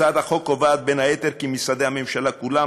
הצעת החוק קובעת בין היתר כי משרדי הממשלה כולם,